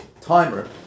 timer